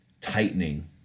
tightening